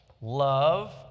Love